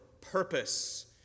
purpose